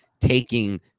taking